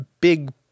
big